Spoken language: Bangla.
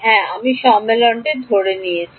হ্যাঁ আমি সম্মেলনটি ধরে নিয়েছি